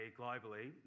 globally